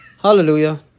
Hallelujah